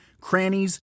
crannies